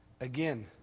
again